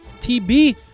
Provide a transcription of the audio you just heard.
TB